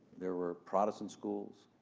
there were protestant schools,